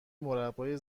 مربای